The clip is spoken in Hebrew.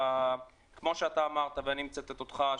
כמו שאתה אמרת ואני מצטט אותך,